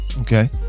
Okay